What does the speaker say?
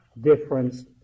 difference